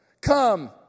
Come